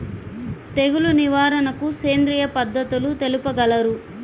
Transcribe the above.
తెగులు నివారణకు సేంద్రియ పద్ధతులు తెలుపగలరు?